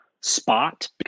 spot